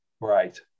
Right